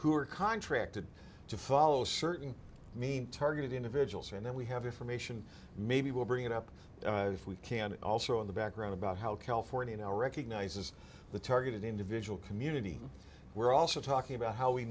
are contracted to follow certain mean targeted individuals and then we have information maybe we'll bring it up if we can and also in the background about how california now recognizes the targeted individual community we're also talking about how we